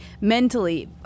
mentally